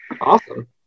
Awesome